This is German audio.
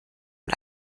und